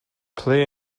play